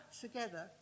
together